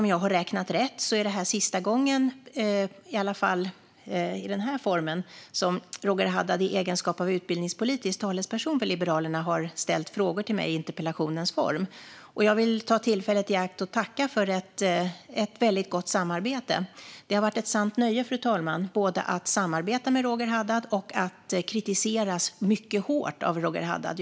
Om jag har räknat rätt var det här sista gången som Roger Haddad i egenskap av utbildningspolitisk talesperson för Liberalerna ställde frågor till mig i interpellationens form. Jag vill ta tillfället i akt och tacka för ett väldigt gott samarbete. Det har varit ett sant nöje, fru talman, både att samarbeta med Roger Haddad och att kritiseras mycket hårt av Roger Haddad.